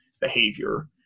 behavior